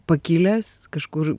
pakilęs kažkur